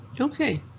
Okay